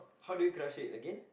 how do you crush it again